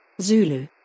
Zulu